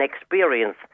experience